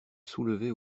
soulevait